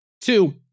Two